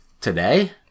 Today